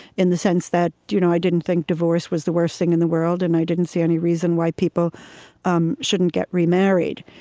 in the sense that you know i didn't think divorce was the worst thing in the world, and i didn't see any reason why people um shouldn't get remarried.